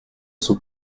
sont